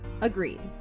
Agreed